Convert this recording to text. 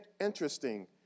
interesting